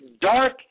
dark